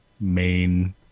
main